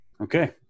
Okay